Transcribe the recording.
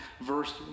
verse